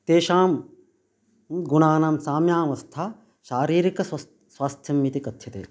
तेषां गुणानां साम्यावस्था शारीरिकस्वस् स्वास्थ्यम् इति कथ्यते